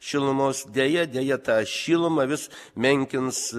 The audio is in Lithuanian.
šilumos deja deja ta šilumą vis menkins